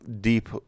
Deep